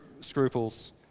scruples